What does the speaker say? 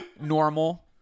normal